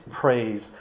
praise